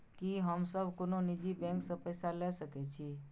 की हम सब कोनो निजी बैंक से पैसा ले सके छी?